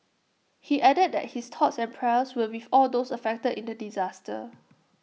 he added that his thoughts and prayers were with all those affected in the disaster